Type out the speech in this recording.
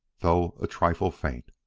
though a trifle faint.